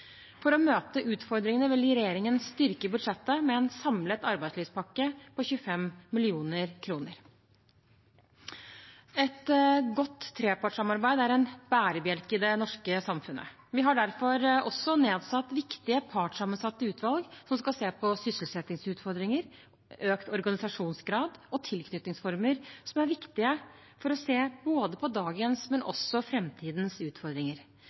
For å møte utfordringene vil regjeringen styrke budsjettet med en samlet arbeidslivspakke på 25 mill. kr. Et godt trepartssamarbeid er en bærebjelke i det norske samfunnet. Vi har derfor også nedsatt viktige partssammensatte utvalg som skal se på sysselsettingsutfordringer, økt organisasjonsgrad og tilknytningsformer, og som er viktige for å se på både dagens og framtidens utfordringer. I fellesskap skal vi finne gode løsninger på